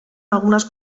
algunas